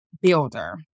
Builder